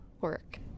work